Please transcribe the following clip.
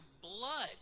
blood